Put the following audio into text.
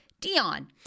dion